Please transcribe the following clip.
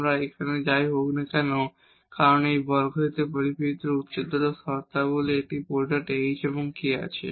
আমাদের এখানে যাই হোক না কেন এই স্কোয়ারের পরিপ্রেক্ষিতে হাইয়ার অডার টার্ম একটি প্রোডাক্ট h এবং k আছে